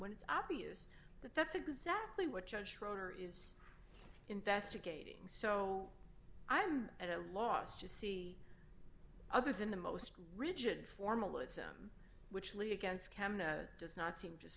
when it's obvious that that's exactly what judge schroeder is investigating so i'm at a loss to see others in the most rigid formalism which lead against canada does not seem to